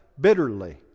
bitterly